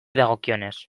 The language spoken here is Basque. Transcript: dagokionez